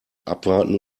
abwarten